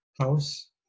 house